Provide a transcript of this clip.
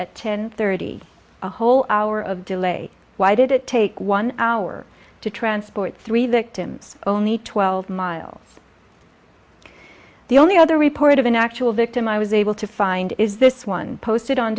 at ten thirty a whole hour of delay why did it take one hour to transport three victims only twelve miles the only other report of an actual victim i was able to find is this one posted on